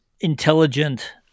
intelligent